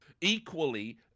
Equally